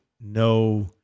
No